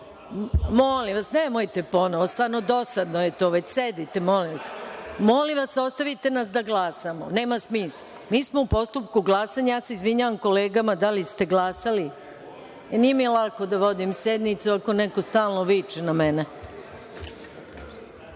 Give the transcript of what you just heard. vas, nemojte ponovo, stvarno dosadno je već to, sedite molim vas. Molim vas, ostavite nas da glasamo. Mi smo u postupku glasanja, ja se izvinjavam kolegama da li ste glasali? Nije mi lako da vodim sednicu ako neko stalno viče na